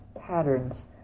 patterns